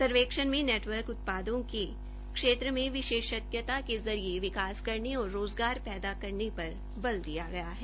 सर्वेक्षण में नेटवर्क उत्पादों के क्षेत्र में विशेषज्ञता के जरिये विकास करने और रोज़गार पैदाकरने और विकास पर बल दिया दिया गया है